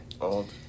Old